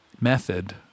method